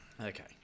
okay